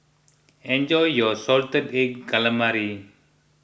enjoy your Salted Egg Calamari